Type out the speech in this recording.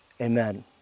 amen